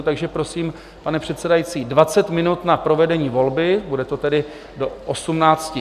Takže prosím, pane předsedající, dvacet minut na provedení volby, bude to tedy do 18.40.